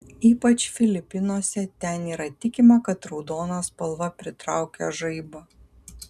ypač filipinuose ten yra tikima kad raudona spalva pritraukia žaibą